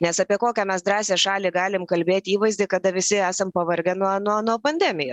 nes apie kokią mes drąsią šalį galim kalbėti įvaizdį kada visi esam pavargę nuo nuo nuo pandemijos